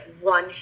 one